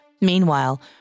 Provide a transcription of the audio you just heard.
Meanwhile